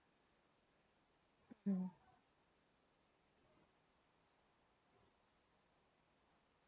mm